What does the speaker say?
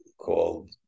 called